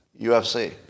UFC